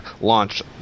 launch